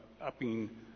upping